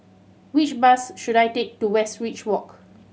which bus should I take to Westridge Walk